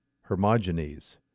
Hermogenes